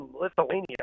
Lithuania